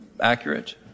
accurate